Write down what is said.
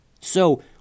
So